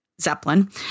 Zeppelin